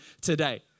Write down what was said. today